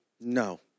No